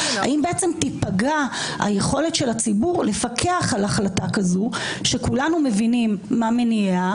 האם תיפגע היכולת של הציבור לפקח על החלטה כזו כשכולנו מבינים מה מניע,